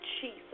jesus